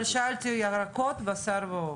אבל שאלתי על ירקות, בשר ועוף.